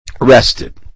rested